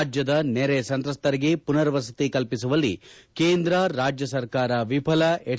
ರಾಜ್ಯದ ನೆರೆ ಸಂತ್ರಸ್ತರಿಗೆ ಪುನರ್ವಸತಿ ಕಲ್ಪಿಸುವಲ್ಲಿ ಕೇಂದ್ರ ರಾಜ್ಯ ಸರ್ಕಾರ ವಿಫಲ ಎಚ್